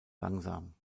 langsam